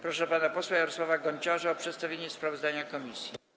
Proszę pana posła Jarosława Gonciarza o przedstawienie sprawozdania komisji.